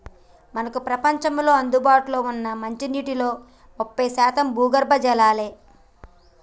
మనకు ప్రపంచంలో అందుబాటులో ఉన్న మంచినీటిలో ముప్పై శాతం భూగర్భ జలాలే